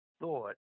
thought